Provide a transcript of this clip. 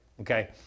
Okay